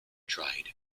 tried